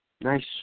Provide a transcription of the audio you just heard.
Nice